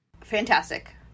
Fantastic